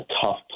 tough